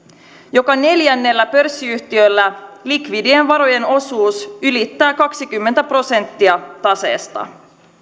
joka neljännellä pörssiyhtiöllä likvidien varojen osuus ylittää kaksikymmentä prosenttia taseesta